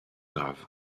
grave